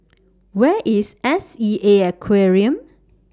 Where IS S E A Aquarium